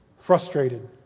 frustrated